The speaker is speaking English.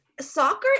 soccer